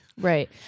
right